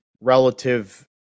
relative